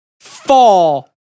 fall